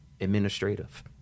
administrative